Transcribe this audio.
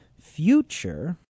future